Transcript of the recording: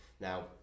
Now